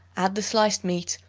add the sliced meat,